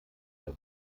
der